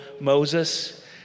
Moses